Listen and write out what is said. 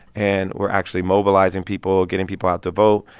and we're actually mobilizing people, getting people out to vote.